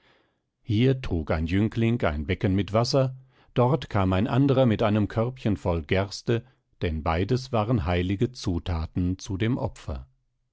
hier trug ein jüngling ein becken mit wasser dort kam ein anderer mit einem körbchen voll gerste denn beides waren heilige zuthaten zu dem opfer